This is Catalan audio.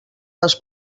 les